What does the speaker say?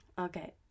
okay